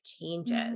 changes